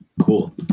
Cool